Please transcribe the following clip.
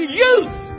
youth